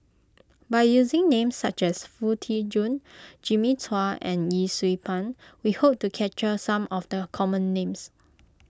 by using names such as Foo Tee Jun Jimmy Chua and Yee Siew Pun we hope to capture some of the common names